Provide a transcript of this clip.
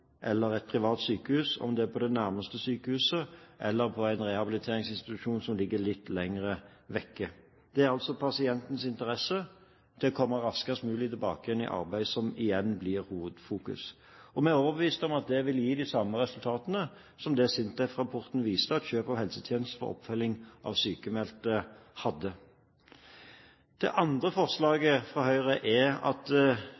eller et privat sykehus, om det er på det nærmeste sykehuset eller på en rehabiliteringsinstitusjon som ligger litt lenger vekk. Det er altså pasientens interesse av å komme raskest mulig tilbake i arbeid som igjen blir hovedfokus. Vi er overbevist om at det vil gi de samme resultatene som det SINTEF-rapporten viste at Kjøp av helsetjenester for oppfølging av sykmeldte hadde. Det andre forslaget fra Høyre gjelder det at